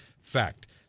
fact